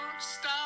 stop